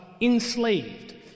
enslaved